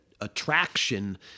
attraction